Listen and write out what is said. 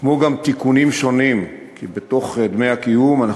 כמו גם תיקונים שונים בדמי הקיום.